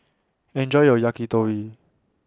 Enjoy your Yakitori